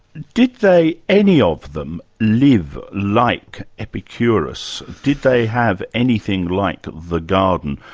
did they, any of them, live like epicurus? did they have anything like the garden,